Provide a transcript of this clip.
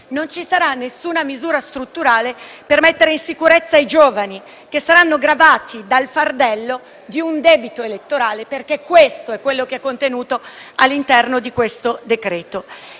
non ci sarà alcuna misura strutturale per mettere in sicurezza i giovani, che saranno gravati dal fardello di un debito elettorale, perché questo è il contenuto del provvedimento